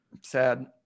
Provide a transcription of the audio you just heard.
Sad